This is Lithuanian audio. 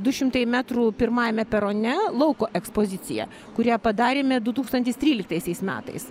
du šimtai metrų pirmajame perone lauko ekspoziciją kurią padarėme du tūkstantis tryliktaisiais metais